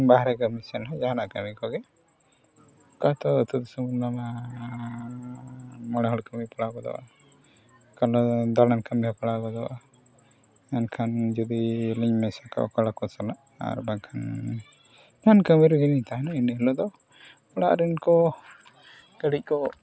ᱵᱟᱦᱨᱮ ᱠᱟᱹᱢᱤ ᱥᱮᱫ ᱦᱚᱸ ᱡᱟᱦᱟᱱᱟᱜ ᱠᱟᱹᱢᱤ ᱠᱚᱜᱮ ᱚᱠᱟ ᱫᱚ ᱟᱛᱳᱼᱫᱤᱥᱚᱢ ᱚᱱᱟ ᱢᱟ ᱢᱚᱬᱮ ᱦᱚᱲ ᱠᱟᱹᱢᱤ ᱯᱟᱲᱟᱣ ᱜᱚᱫᱚᱜᱼᱟ ᱚᱠᱟ ᱫᱚ ᱫᱟᱬᱟᱱ ᱠᱟᱹᱢᱤ ᱦᱚᱸ ᱯᱟᱲᱟᱣ ᱜᱚᱫᱚᱜᱼᱟ ᱢᱮᱱᱠᱷᱟᱱ ᱡᱩᱫᱤ ᱞᱤᱧ ᱢᱮᱥᱟᱠᱚᱜᱼᱟ ᱠᱚᱲᱟᱠᱚ ᱥᱟᱞᱟᱜ ᱟᱨ ᱵᱟᱝᱠᱷᱟᱱ ᱠᱟᱹᱢᱤ ᱨᱮᱜᱮᱞᱤᱧ ᱛᱟᱦᱮᱱᱟ ᱤᱱᱟᱹ ᱦᱤᱞᱳᱜ ᱫᱚ ᱚᱲᱟᱜ ᱨᱮᱱ ᱠᱚ ᱠᱟᱹᱴᱤᱡ ᱠᱚ